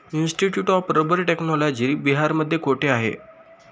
Institute of rubber technology बिहारमध्ये कोठे आहे?